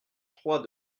trois